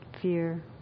Fear